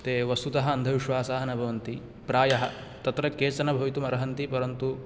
ते वस्तुतः अन्धविश्वासाः न भवन्ति प्रायः तत्र केचन भवितुम् अर्हन्ति परन्तु